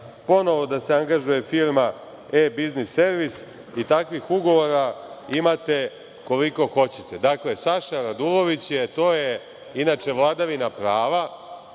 ponovo da se angažuje firma „E-biznis servis“ i takvih ugovora imate koliko hoćete. Dakle, Saša Radulović je, to je inače vladavina prava,